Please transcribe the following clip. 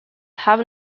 have